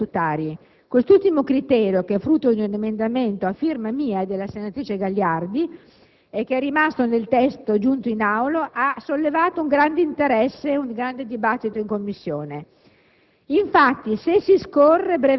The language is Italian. nella composizione degli organismi statutari. Quest'ultimo criterio, che è frutto di un emendamento a firma mia e della senatrice Gagliardi, e che è rimasto nel testo giunto in Aula, ha sollevato un grande interesse e un grande dibattito in Commissione.